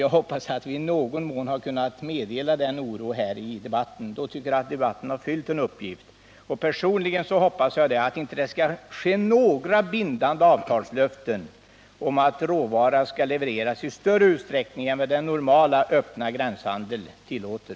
Jag hoppas att vi i någon mån har kunnat spegla den oron här i debatten. I så fall tycker jag att debatten har fyllt en uppgift, och personligen hoppas jag att det inte skall ges några bindande löften om att råvara skall levereras i större utsträckning än vad den normala öppna gränshandeln tillåter.